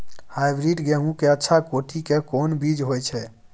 Hybrid गेहूं के अच्छा कोटि के कोन बीज होय छै?